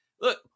look